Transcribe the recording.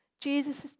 Jesus